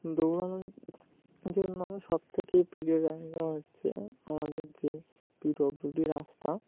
দৌড়ানোর জন্য আমার সবথেকে প্রিয় জায়গা হচ্ছে আমাদের যে পি ডব্লিউ ডি রাস্তা